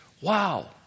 Wow